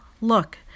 Look